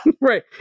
right